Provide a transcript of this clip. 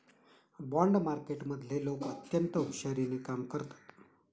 bond मार्केटमधले लोक अत्यंत हुशारीने कामं करतात